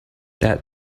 that